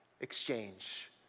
exchange